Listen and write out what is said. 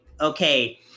okay